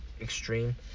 extreme